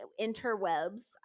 interwebs